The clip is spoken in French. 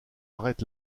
arrête